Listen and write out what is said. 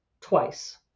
twice